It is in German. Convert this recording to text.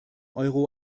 euro